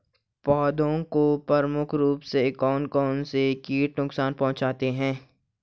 पौधों को प्रमुख रूप से कौन कौन से कीट नुकसान पहुंचाते हैं?